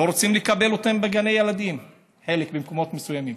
לא רוצים לקבל אותם בגני ילדים במקומות מסוימים,